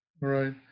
Right